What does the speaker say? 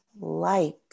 light